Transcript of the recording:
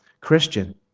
Christian